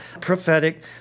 prophetic